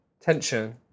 tension